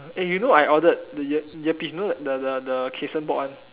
eh you know I ordered the ear earpiece you know the the the Kayson bought one